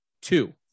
Two